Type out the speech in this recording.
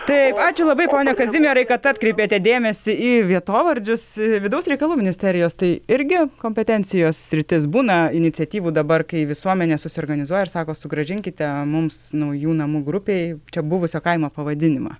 taip ačiū labai pone kazimierai kad atkreipėte dėmesį į vietovardžius vidaus reikalų ministerijos tai irgi kompetencijos sritis būna iniciatyvų dabar kai visuomenė susiorganizuoja ir sako sugrąžinkite mums naujų namų grupei čia buvusio kaimo pavadinimą